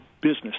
business